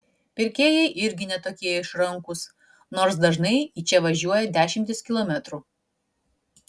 pirkėjai irgi ne tokie išrankūs nors dažnai į čia važiuoja dešimtis kilometrų